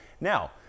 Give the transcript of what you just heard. Now